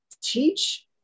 Teach